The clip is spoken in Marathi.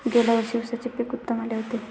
गेल्या वर्षी उसाचे पीक उत्तम आले होते